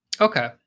Okay